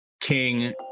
King